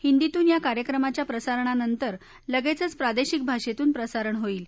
हिंदीतून या कार्यक्रमाच्या प्रसारणानंतर लगेचच प्रादेशिक भाषेतून प्रसारण होईल